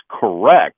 correct